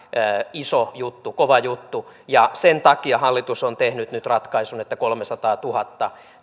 iso juttu kova juttu sen takia hallitus on tehnyt nyt ratkaisun että kolmesataatuhatta